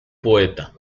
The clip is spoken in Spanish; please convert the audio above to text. poeta